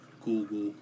Google